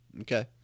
okay